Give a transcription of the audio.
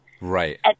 Right